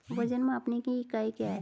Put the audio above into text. वजन मापने की इकाई क्या है?